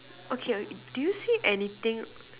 okay do you see anything